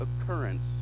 occurrence